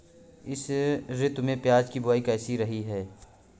इस ऋतु में प्याज की बुआई कैसी रही है?